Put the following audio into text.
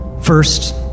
First